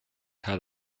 had